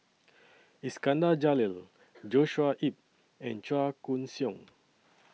Iskandar Jalil Joshua Ip and Chua Koon Siong